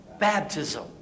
baptism